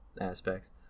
aspects